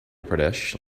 pradesh